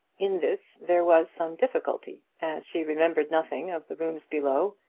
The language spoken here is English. in this there was some difficulty, as she remembered nothing of the rooms below,